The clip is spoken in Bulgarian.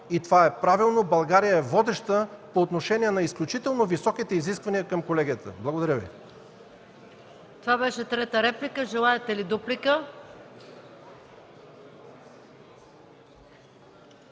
това е правилно, България е водеща по отношение на изключително високите изисквания към Колегията. Благодаря Ви. ПРЕДСЕДАТЕЛ МАЯ МАНОЛОВА: Желаете ли дуплика?